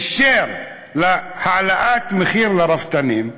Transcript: אישר העלאת מחיר לרפתנים,